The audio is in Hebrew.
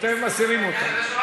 אתם מסירים אותן.